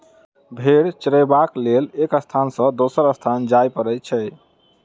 भेंड़ चरयबाक लेल एक स्थान सॅ दोसर स्थान जाय पड़ैत छै